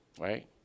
right